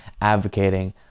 advocating